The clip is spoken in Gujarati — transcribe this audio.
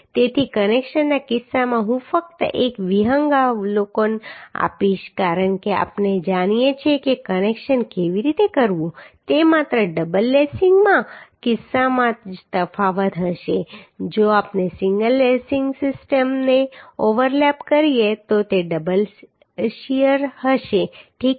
તેથી કનેક્શનના કિસ્સામાં હું ફક્ત એક વિહંગાવલોકન આપીશ કારણ કે આપણે જાણીએ છીએ કે કનેક્શન કેવી રીતે કરવું તે માત્ર ડબલ લેસિંગના કિસ્સામાં જ તફાવત હશે જો આપણે લેસિંગ સિસ્ટમને ઓવરલેપ કરીએ તો તે ડબલ શીયર હશે ઠીક છે